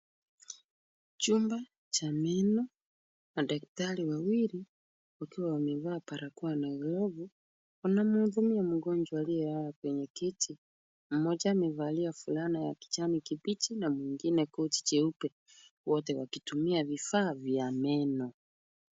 Chumba cha meno na daktari wawili wakiwa wamevaa barakoa na glovu wanamhudumia mgonjwa aliyelala kwenya kiti. Mmoja amevalia fulana ya kijani kibichi na mwengine koti jeupe, wote wakitumia vifaa vya meno.